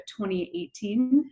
2018